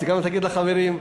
וגם תגיד לחברים.